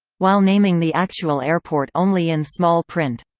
while naming the actual airport only in small print.